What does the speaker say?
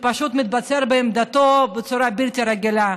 שפשוט מתבצר בעמדתו בצורה בלתי רגילה.